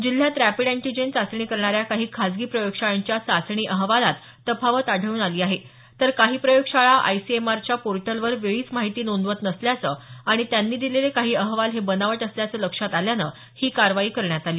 जिल्ह्यात rapid antigen चाचणी करणाऱ्या काही खासगी प्रयोगशाळांच्या चाचणी अहवालात तफावत आढळून आली आहे तर काही प्रयोगशाळा आयसीएमआरच्या पोर्टलवर वेळीच माहिती नोंदवत नसल्याचं आणि त्यांनी दिलेले काही अहवाल हे बनावट असल्याच लक्षात आल्यान ही कारवाई करण्यात आली